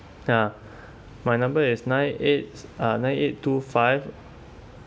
ya my number is nine eight uh nine eight two five